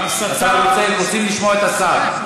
רוצים לשמוע את השר.